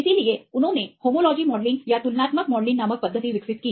इसलिए उन्होंने homology modelling या तुलनात्मक मॉडलिंग नामक पद्धति विकसित की